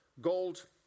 gold